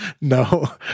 No